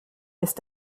ist